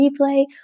replay